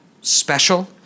special